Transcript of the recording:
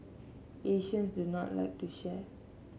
Asians do not like to share